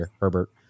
Herbert